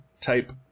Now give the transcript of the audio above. type